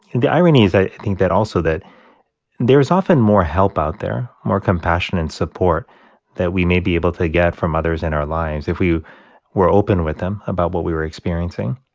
the irony is i think that also that there is often more help out there, more compassion and support that we may be able to get from others in our lives if we were open with them about what we were experiencing.